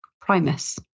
Primus